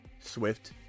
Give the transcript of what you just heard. Swift